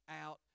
out